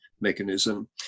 mechanism